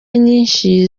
nyinshi